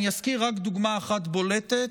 אני אזכיר רק דוגמה אחת בולטת,